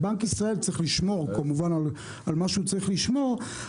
בנק ישראל צריך לשמור כמובן על מה שהוא צריך לשמור,